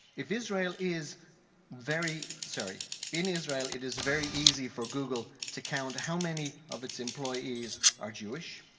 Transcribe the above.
if israel is very sorry in israel, it is very easy for google to count how many of its employees are jewish,